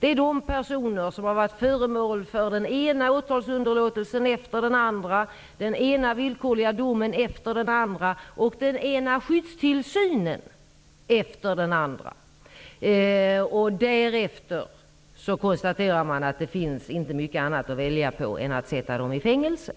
Det är personer som har varit föremål för den ena åtalsunderlåtelsen efter den andra, den ena villkorliga domen efter den andra och den ena skyddstillsynen efter den andra. Därefter konstaterar man att det inte finns mycket annat att välja på än att sätta dem i fängelse.